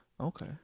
Okay